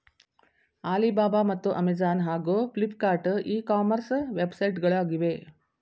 Alibaba ಮತ್ತು Amazon ಹಾಗೂ Flipkart e commerce ವೆಬ್ಸೈಟ್ಗಳು ಆಗಿವೆ